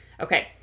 Okay